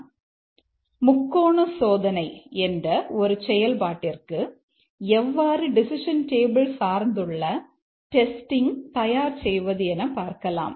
நாம் முக்கோண சோதனை என்ற ஒரு செயல்பாட்டிற்கு எவ்வாறு டெசிஷன் டேபிள் சார்ந்துள்ள டெஸ்டிங் தயார் செய்வது என பார்க்கலாம்